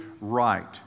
right